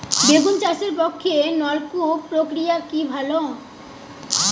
বেগুন চাষের পক্ষে নলকূপ প্রক্রিয়া কি ভালো?